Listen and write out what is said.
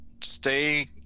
stay